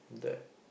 that